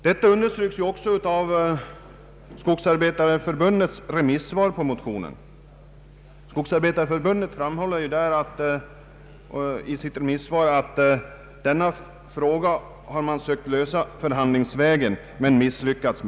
Det understryks i Svenska skogsarbetareförbundets remissvar på motionen. I detta remissvar framhålls också att man förhandlingsvägen har sökt lösa denna fråga men misslyckats.